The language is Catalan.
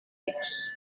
rics